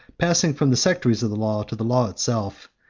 passing from the sectaries of the law to the law itself,